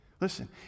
Listen